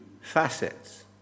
facets